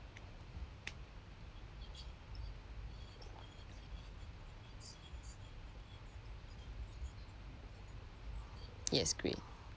yes great